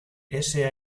ese